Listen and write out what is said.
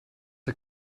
der